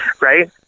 right